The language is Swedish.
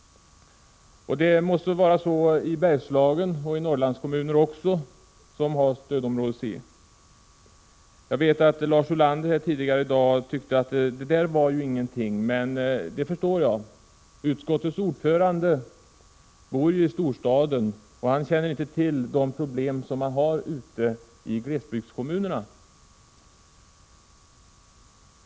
Det måste vara på samma sätt i andra kommuner som tillhör stödområde C,t.ex. kommuner i Bergslagen och Norrlandskommuner. Lars Ulander tyckte tidigare i dag att detta inte var någonting, och det förstår jag. Utskottets ordförande bor ju i storstaden och känner inte till de problem som man har ute i glesbygdskommunerna.